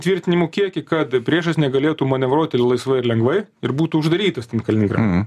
tvirtinimu kiekį kad priešas negalėtų manevruot ir laisvai ir lengvai ir būtų uždarytas ten kaliningrade